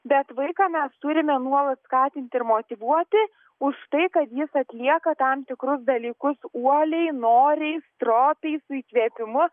bet vaiką mes turime nuolat skatinti ir motyvuoti už tai kad jis atlieka tam tikrus dalykus uoliai noriai stropiai su įkvėpimu